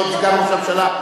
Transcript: כבוד סגן ראש הממשלה.